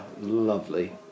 lovely